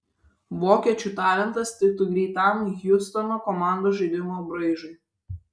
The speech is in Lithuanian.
vokiečių talentas tiktų greitam hjustono komandos žaidimo braižui